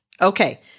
Okay